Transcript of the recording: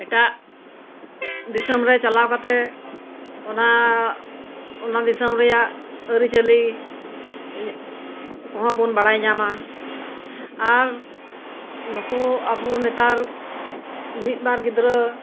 ᱮᱴᱟᱜ ᱫᱤᱥᱚᱢ ᱨᱮ ᱪᱟᱞᱟᱣ ᱠᱟᱛᱮ ᱚᱱᱟ ᱚᱱᱟ ᱫᱤᱥᱚᱢ ᱨᱮᱭᱟᱜ ᱟᱹᱨᱤ ᱪᱟᱹᱞᱤ ᱠᱚᱦᱚᱸ ᱵᱚᱱ ᱵᱟᱲᱟᱭ ᱧᱟᱢᱟ ᱟᱨ ᱱᱩᱠᱩ ᱟᱵᱚ ᱱᱮᱛᱟᱨ ᱢᱤᱫ ᱵᱟᱨ ᱜᱤᱫᱽᱨᱟᱹ